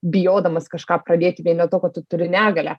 bijodamas kažką pradėti vien dėl to kad tu turi negalią